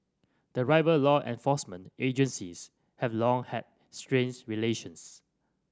the rival law enforcement agencies have long had strains relations